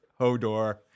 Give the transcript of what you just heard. Hodor